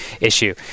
issue